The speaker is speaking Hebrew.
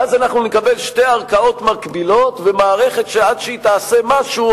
ואז אנחנו נקבל שתי ערכאות מקבילות ומערכת שעד שתעשה משהו,